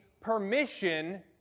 permission